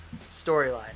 storyline